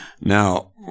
Now